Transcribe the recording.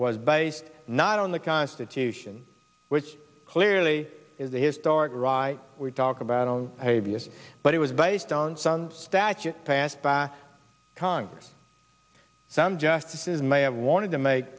was based not on the constitution which clearly is a historic right we talk about abs but it was based on some statute passed by congress some justices may have wanted to make